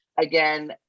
Again